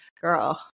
girl